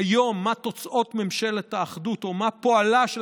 היום מה תוצאות ממשלת האחדות או מה פועלה של